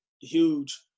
huge